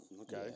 okay